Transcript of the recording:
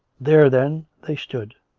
there, then, they stood,